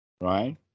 Right